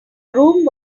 room